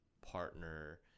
partner